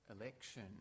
election